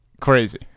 Crazy